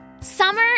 Summer